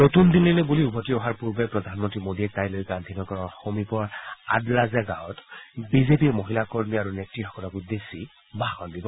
নতুন দিল্লীলৈ বুলি উভতি অহাৰ পূৰ্বে প্ৰধানমন্ত্ৰী মোদীয়ে কাইলৈ গান্ধীনগৰৰ সমীপৰ আদালাজ গাঁৱত বিজেপিৰ মহিলা কৰ্মী আৰু নেত্ৰীসকলক উদ্দেশ্যি ভাষণ দিব